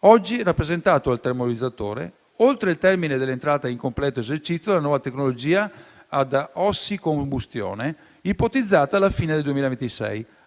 oggi rappresentato dal termovalorizzatore, oltre il termine dell'entrata in completo esercizio della nuova tecnologia ad ossicombustione, ipotizzata alla fine del 2026,